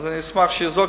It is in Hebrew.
אז אני אשמח שזה יחזור,